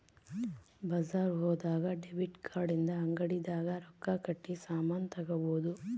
ಬಜಾರ್ ಹೋದಾಗ debit card ಇಂದ ಅಂಗಡಿ ದಾಗ ರೊಕ್ಕ ಕಟ್ಟಿ ಸಾಮನ್ ತಗೊಬೊದು